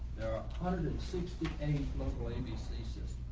hundred and sixty eight local abc says